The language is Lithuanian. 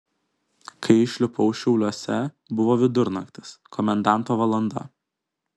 kai išlipau šiauliuose buvo vidurnaktis komendanto valanda